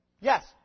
Yes